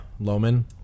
Loman